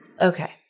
Okay